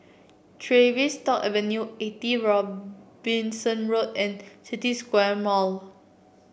Tavistock Avenue Eighty Robinson Road and City Square Mall